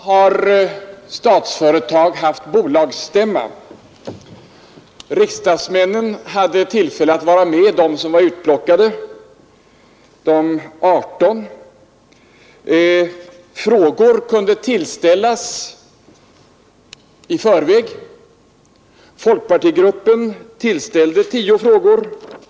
Herr talman! I dag har Statsföretag haft bolagsstämma. Riksdagsmännen, de 18 som var utplockade, hade tillfälle att vara med. Frågor kunde ställas i förväg. Folk partigruppen ställde tio frågor.